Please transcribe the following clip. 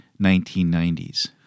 1990s